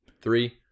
Three